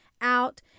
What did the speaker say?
Out